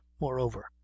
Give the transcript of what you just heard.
Moreover